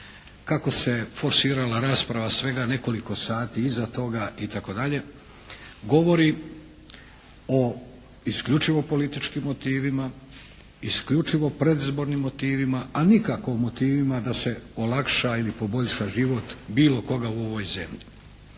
kako se forsirala rasprava svega nekoliko sati iza toga itd. govori o isključivo političkim motivima, isključivo predizbornim motivima, a nikako o motivima da se olakša ili poboljša život bilo koga u ovoj zemlji.